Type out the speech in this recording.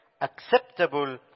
acceptable